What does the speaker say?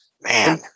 man